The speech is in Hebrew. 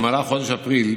במהלך חודש אפריל,